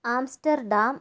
Amsterdam